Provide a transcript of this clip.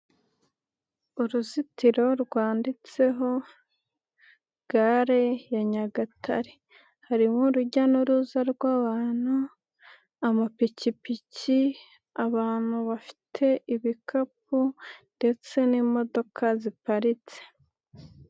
Uruzitiro rwanditseho gare ya Nyagatare. Harimo' urujya n'uruza rw'abantu, amapikipiki, abantu bafite ibikapu ndetse n'imodoka ziparitse.